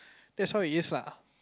that's how it is lah